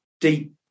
deep